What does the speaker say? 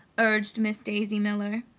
urged miss daisy miller.